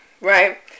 right